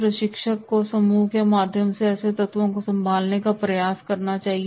प्रशिक्षक को समूह के माध्यम से ऐसे तत्वों को संभालने का प्रयास करना चाहिए